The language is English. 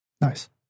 Nice